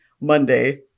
Monday